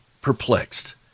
perplexed